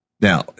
Now